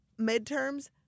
midterms